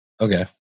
Okay